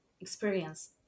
experience